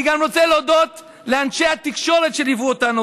אני רוצה להודות גם לאנשי התקשורת שליוו אותנו,